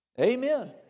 Amen